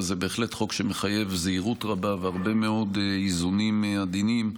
אבל זה בהחלט חוק שמחייב זהירות רבה והרבה מאוד איזונים עדינים.